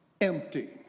empty